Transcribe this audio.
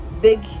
Big